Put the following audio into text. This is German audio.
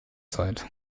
zeit